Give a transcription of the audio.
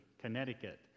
Connecticut